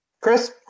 Chris